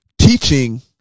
teaching